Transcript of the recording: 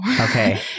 Okay